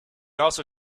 also